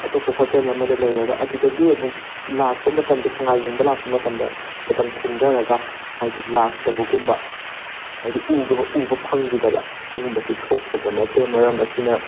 ꯑꯇꯣꯞꯄ ꯍꯣꯇꯦꯜ ꯑꯃꯗ ꯂꯩꯔꯒ ꯑꯗꯨꯗꯒꯤ ꯑꯃꯨꯛ ꯂꯥꯛꯄ ꯃꯇꯝꯗ ꯁꯉꯥꯏ ꯌꯦꯡꯕ ꯂꯥꯛꯄ ꯃꯇꯝꯗ ꯃꯇꯝ ꯊꯦꯡꯗꯔꯒ ꯍꯥꯏꯗꯤ ꯂꯥꯛꯇꯕꯒꯨꯝꯕ ꯍꯥꯏꯗꯤ ꯎꯕ ꯐꯪꯈꯤꯗꯕ ꯁꯤꯒꯨꯝꯕꯁꯤ ꯊꯣꯛꯇꯕ ꯅꯠꯇꯦ ꯃꯔꯝ ꯑꯁꯤꯅ